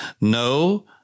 no